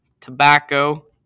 Tobacco